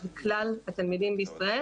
של כלל התלמידים בישראל.